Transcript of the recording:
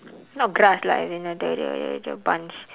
not grass lah as in the the the bunch